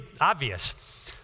obvious